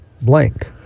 blank